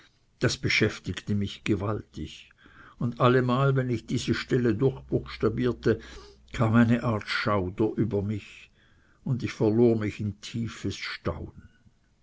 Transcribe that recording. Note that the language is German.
das beschäftigte mich gewaltig und allemal wenn ich diese stelle durchbuchstabierte kam eine art schauer über mich und ich verlor mich in tiefes staunen